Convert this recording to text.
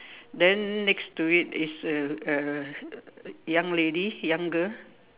then next to it it's a a young lady young girl